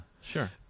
sure